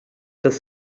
dass